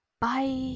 Bye